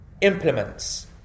implements